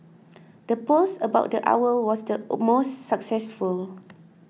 the post about the owl was the most successful